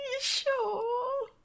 sure